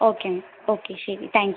okay okay ശരി thank you